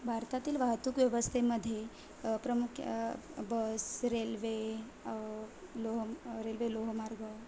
भारतातील वाहतूक व्यवस्थेमध्ये प्रमुख बस रेल्वे लोह रेल्वे लोहमार्ग